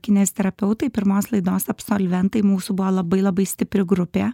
kineziterapeutai pirmos laidos absolventai mūsų buvo labai labai stipri grupė